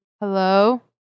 Hello